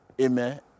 amen